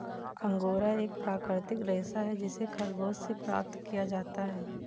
angora एक प्राकृतिक रेशा है जिसे खरगोश से प्राप्त किया जाता है